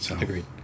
agreed